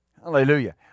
Hallelujah